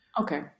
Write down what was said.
okay